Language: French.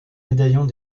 médaillons